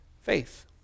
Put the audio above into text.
faith